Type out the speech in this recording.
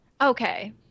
okay